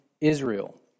Israel